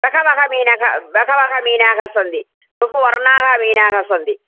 बहवः मीनः बहवः मीनाः सन्दि बहु वर्णाः मीनाः सन्ति